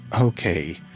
Okay